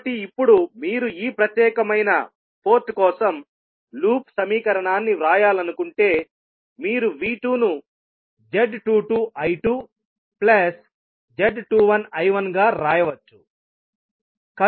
కాబట్టి ఇప్పుడు మీరు ఈ ప్రత్యేకమైన పోర్ట్ కోసం లూప్ సమీకరణాన్ని వ్రాయాలనుకుంటే మీరు V2 ను z22 I2 plus z21 I1 గా రాయవచ్చు